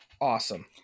Awesome